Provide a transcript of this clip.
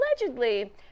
allegedly